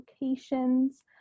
locations